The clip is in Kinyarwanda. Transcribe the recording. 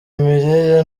imirire